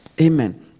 Amen